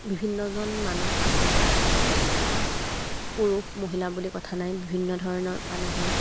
বিভিন্নজন মানুহ আছে পুৰুষ মহিলা বুলি কথা নাই বিভিন্ন ধৰণৰ মানুহেই